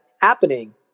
happening